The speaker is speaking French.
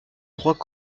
droit